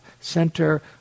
center